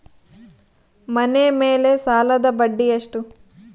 ಮನೆ ಮೇಲೆ ಸಾಲದ ಬಡ್ಡಿ ಎಷ್ಟು?